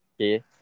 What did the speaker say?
okay